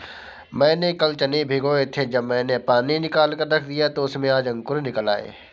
मैंने कल चने भिगोए थे जब मैंने पानी निकालकर रख दिया तो उसमें आज अंकुर निकल आए